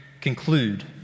conclude